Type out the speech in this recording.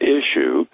issue